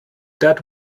that